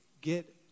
get